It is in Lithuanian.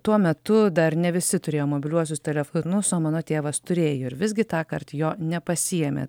tuo metu dar ne visi turėjo mobiliuosius telefonus o mano tėvas turėjo ir visgi tąkart jo nepasiėmė